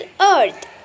Earth